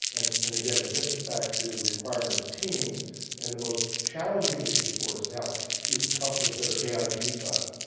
and and again, that gets us back to the requirement of teams and the most challenging issue for us now particularly for companies that are aig size.